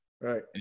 Right